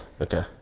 okay